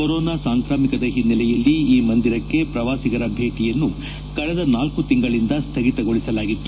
corona ಸಾಂಕಾಮಿಕದ ಒನ್ನೆಲೆಯಲ್ಲಿ ಈ ಮಂದಿರಕ್ಕೆ ಪ್ರವಾಸಿಗರ ಭೇಟಿಯನ್ನು ಕಳೆದ ನಾಲ್ಕು ಶಿಂಗಳಿಂದ ಸ್ಥಗಿತಗೊಳಿಸಲಾಗಿತ್ತು